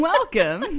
Welcome